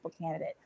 candidate